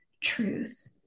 truth